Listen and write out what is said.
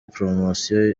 promosiyo